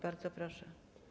Bardzo proszę.